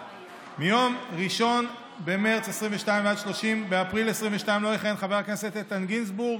מיום 1 במרץ 2022 ועד 30 באפריל 2022 לא יכהן חבר הכנסת איתן גינזבורג,